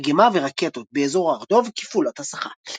פצצות מרגמה ורקטות באזור הר דב כפעולת הסחה.